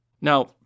Now